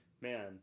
man